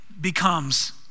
becomes